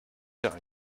faire